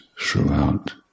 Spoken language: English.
throughout